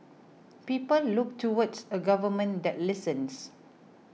people look towards a government that listens